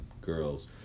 girls